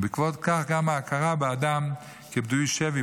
ובעקבות כך גם את ההכרה באדם כפדוי שבי,